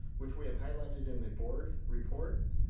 which we have highlighted in the board report,